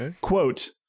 Quote